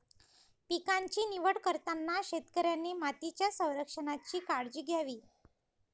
पिकांची निवड करताना शेतकऱ्याने मातीच्या संरक्षणाची काळजी घ्यावी